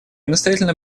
настоятельно